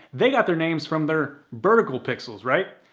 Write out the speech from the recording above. they got their names from their vertical pixels, right?